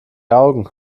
augen